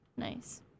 Nice